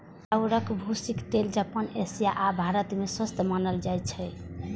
चाउरक भूसीक तेल जापान, एशिया आ भारत मे स्वस्थ मानल जाइ छै